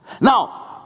Now